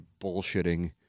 bullshitting